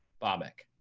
bobak.